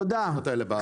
כתוב.